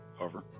Over